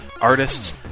artists